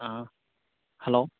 ꯑꯥ hello